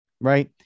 Right